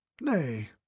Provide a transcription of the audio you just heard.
Nay